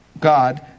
God